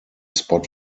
spot